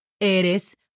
eres